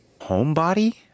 homebody